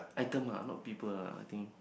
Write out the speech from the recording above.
item ah not people lah I think